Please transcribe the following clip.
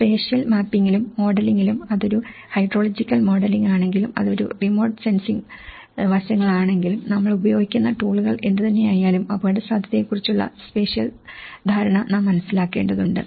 spatial മാപ്പിംഗിലും മോഡലിംഗിലും അതൊരു ഹൈഡ്രോളജിക്കൽ മോഡലിംഗ് ആണെങ്കിലും അത് ഒരു റിമോട്ട് സെൻസിംഗ് വശങ്ങൾ ആണെങ്കിലും നമ്മൾ ഉപയോഗിക്കുന്ന ടൂളുകൾ എന്തുതന്നെയായാലും അപകടസാധ്യതയെക്കുറിച്ചുള്ള സ്പേഷ്യൽ ധാരണ നാം മനസ്സിലാക്കേണ്ടതുണ്ട്